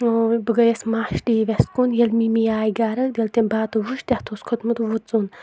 بہٕ گٔیَس مس ٹی وی یَس کُن ییٚلہِ مِمی آے گرٕ ییٚلہِ تٔمۍ بتہٕ وٕچھ تَتھ اوس کھوٚتمُت وُژُن